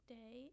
day